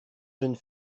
jeune